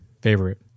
favorite